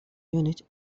unit